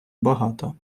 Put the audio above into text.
багато